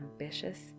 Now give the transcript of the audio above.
ambitious